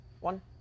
one